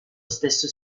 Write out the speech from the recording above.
stesso